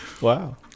Wow